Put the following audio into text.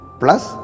plus